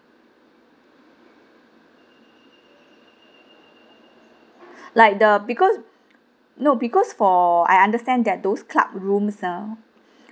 like the because no because for I understand that those club rooms ah